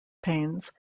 pains